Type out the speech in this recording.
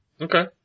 Okay